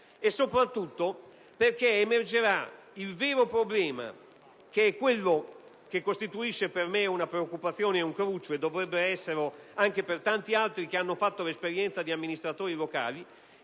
e soprattutto, perché emergerà il vero problema, che costituisce per me una preoccupazione e un cruccio (e dovrebbe esserlo anche per tanti altri che hanno fatto l'esperienza di amministratori locali),